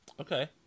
Okay